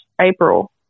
April